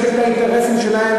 יש להם האינטרסים שלהם,